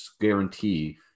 guarantee